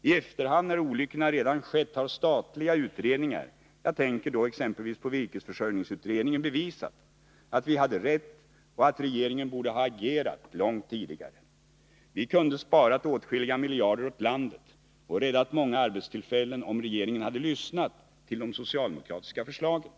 I efterhand, när olyckorna redan skett, har statliga utredningar — jag tänker då exempelvis på virkesförsörjningsutredningen — bevisat att vi hade rätt och att regeringen borde ha agerat långt tidigare. Vi kunde ha sparat åtskilliga miljarder åt landet och räddat många arbetstillfällen, om regeringen hade lyssnat till de socialdemokratiska förslagen.